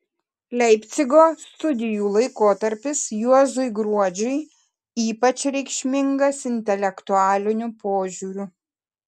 leipcigo studijų laikotarpis juozui gruodžiui ypač reikšmingas intelektualiniu požiūriu